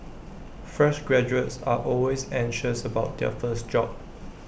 fresh graduates are always anxious about their first job